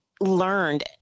learned